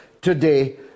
today